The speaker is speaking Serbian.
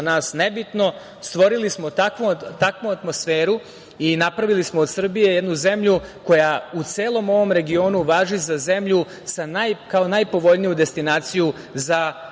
nas nebitno. Stvorili smo takvu atmosferu i napravili smo od Srbije jednu zemlju koja u celom ovom regionu važi za zemlju kao najpovoljniju destinaciju za